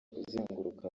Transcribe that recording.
kuzenguruka